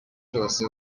cyose